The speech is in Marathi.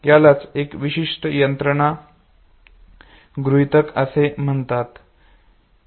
यालाच एक विशेष यंत्रणा गृहीतक असे म्हणतात